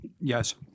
Yes